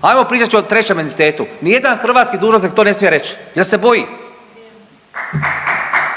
ajmo pričat o trećem entitetu. Ni jedan hrvatski dužnosnik to ne smije reći jer se boji.